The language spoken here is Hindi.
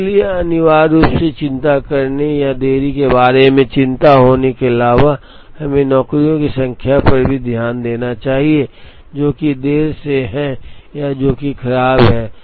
इसलिए अनिवार्य रूप से चिंता करने या देरी के बारे में चिंतित होने के अलावा हमें नौकरियों की संख्या पर भी ध्यान देना चाहिए जो कि देर से हैं या जो कि खराब हैं